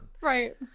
Right